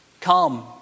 Come